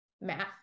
math